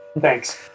Thanks